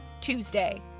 Tuesday